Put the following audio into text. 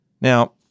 Now